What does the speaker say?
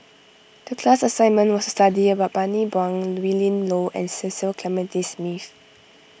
the class assignment was to study about Bani Buang Willin Low and Cecil Clementi Smith